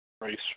Race